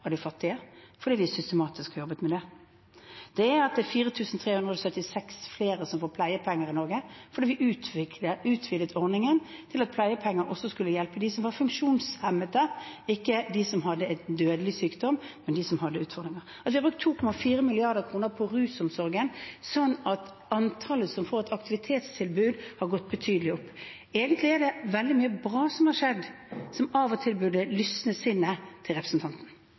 flere som får pleiepenger i Norge fordi vi utvidet ordningen til at pleiepenger også skulle hjelpe dem som var funksjonshemmet – ikke bare de som hadde en dødelig sykdom, men de som hadde utfordringer. Vi har brukt 2,4 mrd. kr på rusomsorgen, sånn at antallet som får et aktivitetstilbud, har gått betydelig opp. Egentlig er det veldig mye bra som har skjedd, som av og til burde lysne sinnet til representanten.